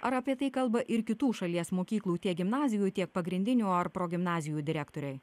ar apie tai kalba ir kitų šalies mokyklų tiek gimnazijų tiek pagrindinių ar progimnazijų direktoriai